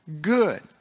good